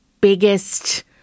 biggest